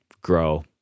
grow